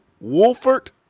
Wolfert